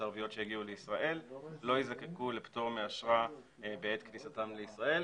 הערביות שיגיעו לישראל לא יזדקקו לאשרה בעת כניסתן לישראל.